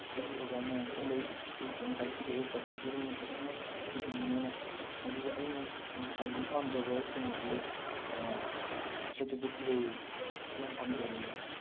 ꯑꯩꯒꯤ ꯑꯣꯖꯥ ꯃꯌꯥꯝꯁꯨ ꯂꯩ ꯑꯩ ꯐꯖꯅ ꯇꯥꯛꯄꯤꯔꯛꯑꯦ ꯄ꯭ꯔꯛꯇꯤꯀꯦꯜ ꯑꯣꯏꯅ ꯐꯖꯅ ꯄꯨꯕꯤ ꯃꯣꯏꯅ ꯑꯗꯨꯒ ꯑꯩꯅ ꯈ꯭ꯋꯥꯏꯗꯒꯤ ꯄꯥꯝꯖꯕ ꯀꯩꯅꯣꯗꯤ ꯁꯩꯇꯖꯤꯠ ꯔꯦꯁꯤ ꯌꯥꯝꯅ ꯄꯥꯝꯖꯩ ꯑꯩ